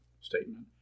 statement